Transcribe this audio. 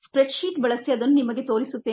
spread sheet ಬಳಸಿ ಅದನ್ನು ನಿಮಗೆ ತೋರಿಸುತ್ತೇನೆ